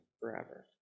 forever